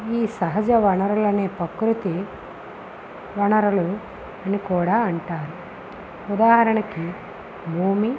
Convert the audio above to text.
ఈ సహజ వనరులనే ప్రకృతి వనరులు అని కూడా అంటారు ఉదాహరణకి భూమి